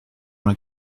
dans